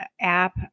app